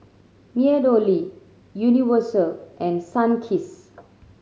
MeadowLea Universal and Sunkist